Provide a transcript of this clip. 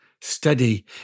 steady